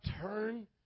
turn